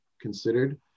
considered